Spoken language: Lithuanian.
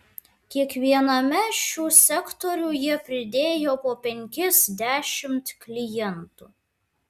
kiekviename šių sektorių jie pridėjo po penkis dešimt klientų